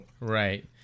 Right